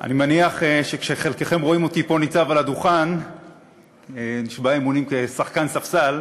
אני מניח שכשחלקכם רואים אותי פה ניצב על הדוכן נשבע אמונים כשחקן ספסל,